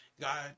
God